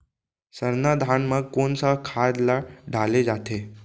सरना धान म कोन सा खाद ला डाले जाथे?